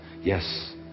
Yes